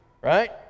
right